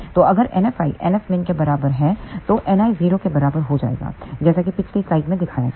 तो अगर NFi NFmin के बराबर है तो Ni 0 के बराबर हो जाएगा जैसा कि पिछली स्लाइड में दिखाया गया है